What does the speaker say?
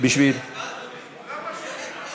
למה שמית?